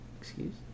Excuse